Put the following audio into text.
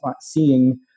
seeing